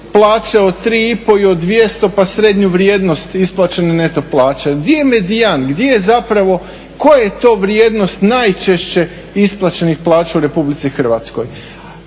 plaće od 3 i pol i od 200, pa srednju vrijednost isplaćene neto plaće. Gdje je medijan, gdje je zapravo, koja je to vrijednost najčešće isplaćenih plaća u Republici Hrvatskoj.